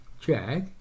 Check